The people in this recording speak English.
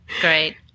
Great